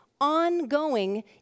ongoing